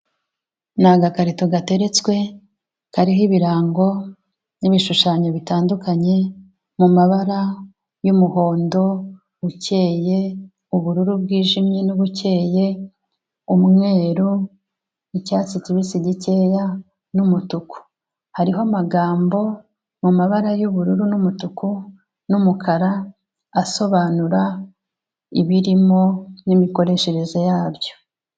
Ni agakarito gateretswe kariho ibirango n'ibishushanyo bitandukanye mu mabara y'umuhondo ukeye, ubururu bwijimye n'ubukeye, umweru, icyatsi kibisi gikeya n'umutuku, hariho amagambo mu mabara y'ubururu n'umutuku n'umukara asobanura ibirimo n'imikoreshereze yabyo.